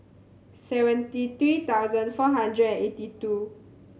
seventy three thousand four hundred and eighty two